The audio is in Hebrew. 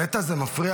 נטע,